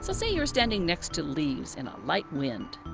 so say you were standing next to leaves in a light wind.